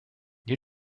you